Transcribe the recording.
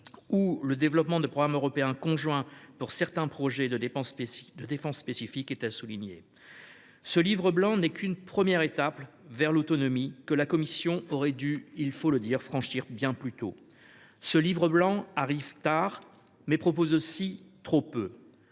et le développement de programmes européens conjoints pour certains projets de défense spécifiques sont à souligner. Ce livre blanc n’est qu’une première étape vers l’autonomie que la Commission, il faut le dire, aurait dû franchir bien plus tôt. Ce livre blanc arrive tard, mais il propose aussi trop peu.